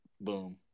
Boom